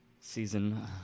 season